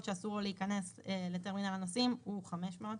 שאסור לו להיכנס לטרמינל הנוסעים הוא 500 שקלים.